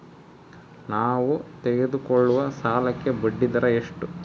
ನಾವು ತೆಗೆದುಕೊಳ್ಳುವ ಸಾಲಕ್ಕೆ ಬಡ್ಡಿದರ ಎಷ್ಟು?